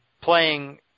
playing